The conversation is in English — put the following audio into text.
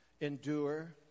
endure